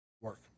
work